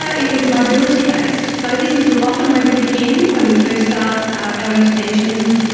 ah it was mobility based. so this is often where we begin when we first start our interventions,